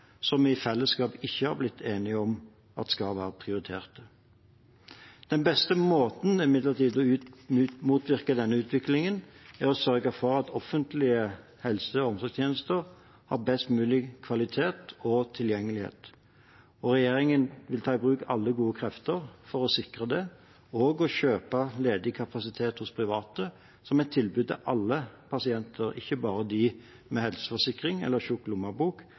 vi i fellesskap ikke har blitt enige om at skal være prioritert. Den beste måten å motvirke denne utviklingen på er imidlertid å sørge for at offentlige helse- og omsorgstjenester har best mulig kvalitet og tilgjengelighet. Regjeringen vil ta i bruk alle gode krefter for å sikre det, også ved å kjøpe ledig kapasitet hos private som et tilbud til alle pasienter, ikke bare dem med helseforsikring eller